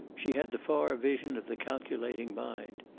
she had the far vision of the calculating mind.